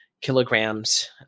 kilograms